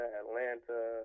atlanta